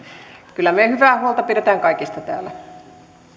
kyllä me hyvää huolta pidämme kaikista täällä